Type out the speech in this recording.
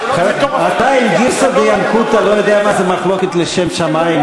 אתה עם גרסא דינקותא לא יודע מה זה מחלוקת לשם שמים?